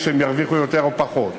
שהם ירוויחו יותר או פחות.